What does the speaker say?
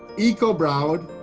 eco broward,